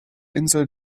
insel